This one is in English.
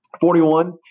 Forty-one